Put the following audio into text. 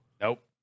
Nope